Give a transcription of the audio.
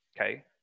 okay